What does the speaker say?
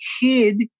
hid